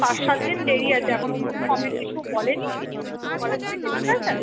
পাঁচ সাত দিন দেরি আছে এখনও অবধি ফর্মের কিছু বলেনি কলেজ থেকে ঠিক আছে